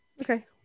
Okay